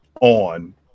on